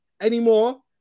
Anymore